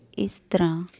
ਇਸ ਤਰ੍ਹਾਂ